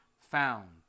found